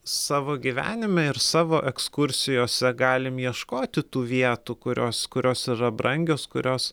savo gyvenime ir savo ekskursijose galim ieškoti tų vietų kurios kurios yra brangios kurios